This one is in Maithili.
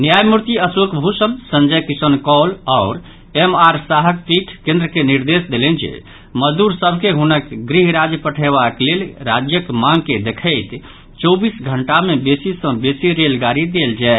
न्यायमूर्ति अशोक भूषण संजय किशन कौल आओर एम आर शाहक पीठ केन्द्र के निर्देश देलनि जे मजदूर सभ के हुनक गृह राज्य पठयबाक लेल राज्यक मांग के देखैत चौबीस घंटा मे बेसी सँ बेसी रेलगाड़ी देल जाय